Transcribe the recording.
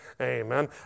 Amen